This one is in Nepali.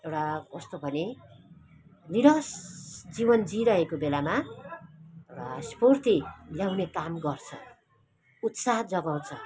एउटा कस्तो भने निरस जीवन जिरहेको बेलामा एउटा स्फूर्ति ल्याउने काम गर्छ उत्साह जगाउँछ